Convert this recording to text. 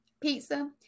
pizza